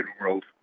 world